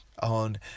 on